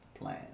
plan